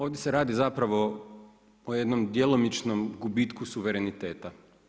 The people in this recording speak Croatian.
Ovdje se radi zapravo o jednom djelomičnom gubitku suvereniteta.